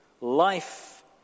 Life